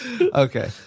Okay